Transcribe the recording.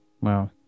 wow